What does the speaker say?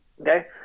Okay